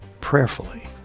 Prayerfully